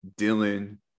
Dylan